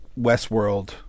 Westworld